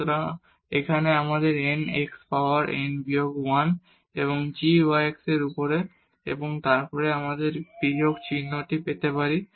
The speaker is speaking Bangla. সুতরাং এখানে আমাদের n x পাওয়ার n বিয়োগ 1 এবং g y x এর উপরে এবং তারপর এখানে আমরা এই বিয়োগ চিহ্নটি পেতে পারি